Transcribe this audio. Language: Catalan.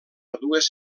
dues